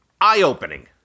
eye-opening